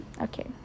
Okay